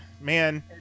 Man